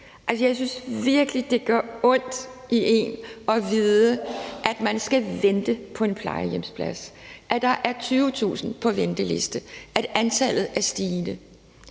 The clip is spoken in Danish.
Jeg synes virkelig, det gør ondt at vide, at man skal vente på en plejehjemsplads, at der er 20.000 på venteliste, og at antallet er stigende.,